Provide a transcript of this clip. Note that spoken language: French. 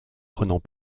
prenant